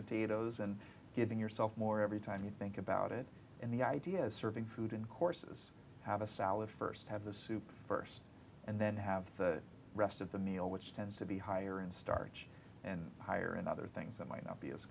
potatoes and giving yourself more every time you think about it and the idea of serving food in courses have a salad first have the soup first and then have the rest of the meal which tends to be higher in starch and higher and other things that might not be as